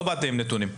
לא באתם עם נתונים.